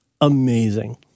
amazing